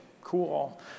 Cool